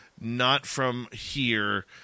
not-from-here